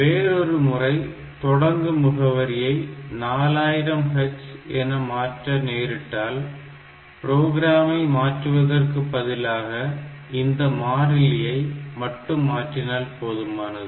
வேறொரு முறை தொடங்கு முகவரி 4000h என்று மாற்ற நேரிட்டால் ப்ரோக்ராமை மாற்றுவதற்குப் பதிலாக இந்த மாறிலியை மட்டும் மாற்றினால் போதுமானது